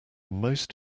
most